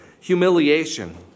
humiliation